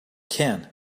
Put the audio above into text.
can